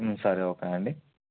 సరే ఓకే అండి